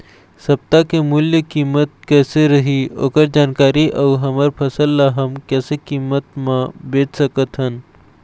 सप्ता के मूल्य कीमत कैसे रही ओकर जानकारी अऊ हमर फसल ला हम कैसे कीमत मा बेच सकत हन?